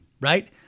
right